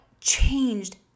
changed